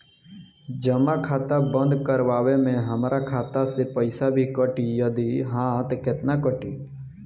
जमा खाता बंद करवावे मे हमरा खाता से पईसा भी कटी यदि हा त केतना कटी?